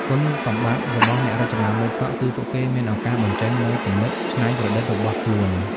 គុណសម្បត្តិរបស់អ្នករចនាម៉ូដសក់គឺពួកគេមានឱកាសបញ្ចេញនូវគំនិតច្នៃប្រឌិតរបស់ខ្លួន។